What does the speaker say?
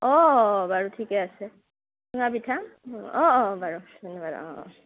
অঁ বাৰু ঠিকে আছে চুঙা পিঠা অঁ অঁ বাৰু ধন্যবাদ অঁ অঁ